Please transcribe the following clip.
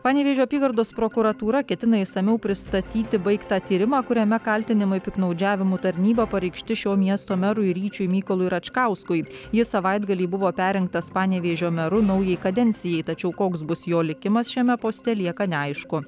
panevėžio apygardos prokuratūra ketina išsamiau pristatyti baigtą tyrimą kuriame kaltinimai piktnaudžiavimu tarnyba pareikšti šio miesto merui ryčiui mykolui račkauskui jis savaitgalį buvo perrinktas panevėžio meru naujai kadencijai tačiau koks bus jo likimas šiame poste lieka neaišku